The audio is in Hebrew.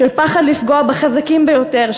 של פחד לפגוע בחזקים ביותר,